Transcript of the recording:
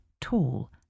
tall